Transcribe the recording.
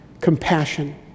compassion